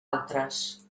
altres